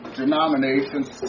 denominations